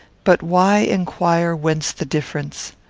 but why inquire whence the difference?